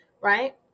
right